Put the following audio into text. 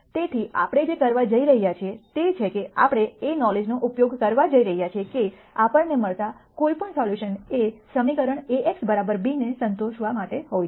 તેથી આપણે જે કરવા જઈ રહ્યા છીએ તે છે કે આપણે એ નોલેજ નો ઉપયોગ કરવા જઈ રહ્યા છીએ કે આપણને મળતા કોઈપણ સોલ્યુશન એ સમીકરણ A x b ને સંતોષવા માટે હોય છે